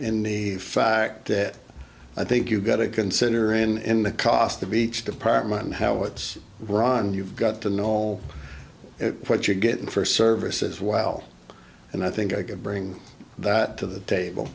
and the fact that i think you've got to consider in cost of each department how it's run you've got to know what you're getting for service as well and i think i can bring that to the table